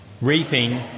reaping